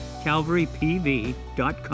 calvarypv.com